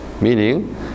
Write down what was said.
meaning